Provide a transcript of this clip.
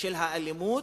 של אלימות,